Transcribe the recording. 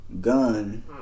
gun